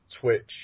Twitch